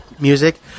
music